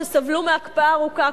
שסבלו מהקפאה ארוכה,